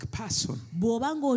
person